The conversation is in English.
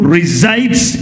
resides